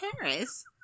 Paris